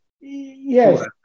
Yes